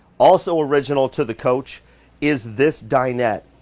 also original to the coach is this dinette.